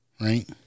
right